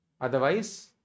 Otherwise